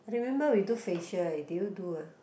I remember we do facial eh did you do ah